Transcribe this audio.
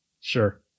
sure